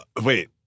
wait